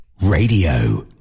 Radio